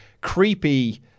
Creepy